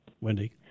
Wendy